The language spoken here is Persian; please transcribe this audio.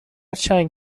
چند